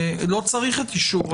לא צריך את אישור